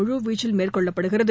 முழுவீச்சில் மேற்கொள்ளப்படுகிறது